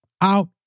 Out